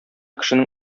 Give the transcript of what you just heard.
кешенең